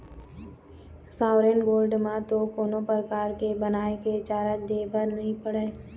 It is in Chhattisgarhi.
सॉवरेन गोल्ड म तो कोनो परकार के बनाए के चारज दे बर नइ पड़य